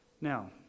Now